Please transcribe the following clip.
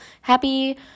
happy